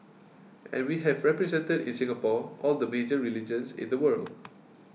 and we have represented in Singapore all the major religions in the world